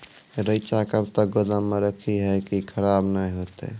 रईचा कब तक गोदाम मे रखी है की खराब नहीं होता?